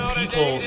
people